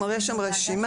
יש שם רשימה.